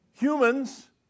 Humans